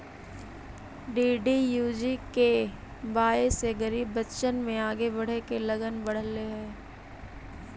DDUGKY से गरीब बच्चन में आगे बढ़े के लगन बढ़ले हइ